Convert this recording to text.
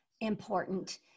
important